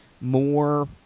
more